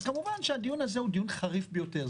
אז כמובן שהדיון הזה הוא דיון חריף ביותר.